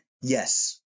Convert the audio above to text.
Yes